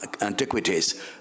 antiquities